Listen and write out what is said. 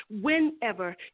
whenever